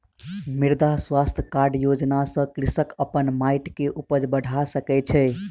मृदा स्वास्थ्य कार्ड योजना सॅ कृषक अपन माइट के उपज बढ़ा सकै छै